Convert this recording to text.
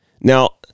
Now